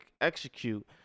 execute